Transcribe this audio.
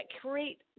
create